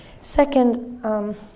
Second